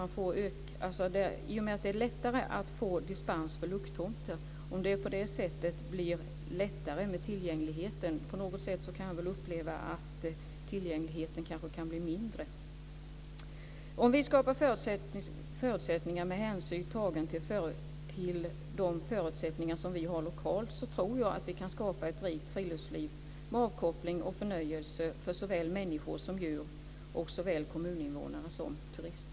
I och med att det är lättare att få dispens för lucktomter kan man fråga sig om det på det sättet blir lättare med tillgängligheten. På något sätt kan jag uppleva att tillgängligheten kan bli mindre. Om vi skapar förutsättningar med hänsyn tagen till de lokala förutsättningarna så tror jag att vi kan skapa ett rikt friluftsliv med avkoppling och förnöjelse för såväl människor som djur och såväl kommuninvånare som turister.